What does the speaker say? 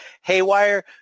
haywire